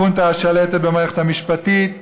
החונטה השלטת במערכת המשפטית,